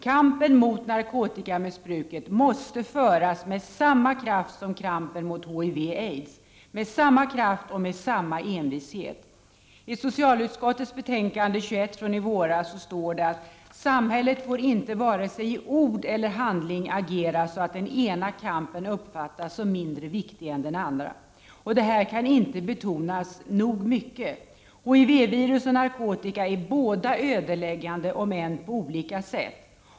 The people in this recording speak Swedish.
Kampen mot narkotikamissbruket måste föras med samma kraft och envishet som kampen mot HIV och aids. I socialutskottets betänkande nr 21 från i våras står att samhället inte får, vare sig i ord eller handling, agera så att den ena kampen uppfattas som mindre viktig än den andra. Det kan inte betonas nog mycket. HIV-viruset och narkotikan kan båda vara ödeläggande, om än på olika sätt.